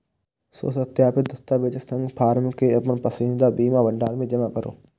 स्वसत्यापित दस्तावेजक संग फॉर्म कें अपन पसंदीदा बीमा भंडार मे जमा करू